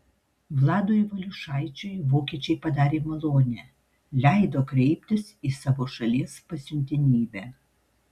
vladui valiušaičiui vokiečiai padarė malonę leido kreiptis į savo šalies pasiuntinybę